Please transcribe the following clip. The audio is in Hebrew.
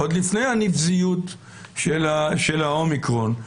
עוד לפני הנבזיות של האומיקרון.